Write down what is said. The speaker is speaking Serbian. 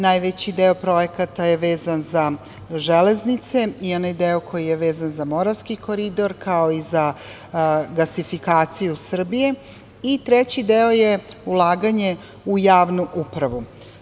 Najveći deo projekata je vezan za železnice i onaj deo koji je vezan za Moravski koridor, kao i za gasifikaciju Srbije i treći deo je ulaganje u javnu upravu.